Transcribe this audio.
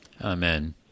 Amen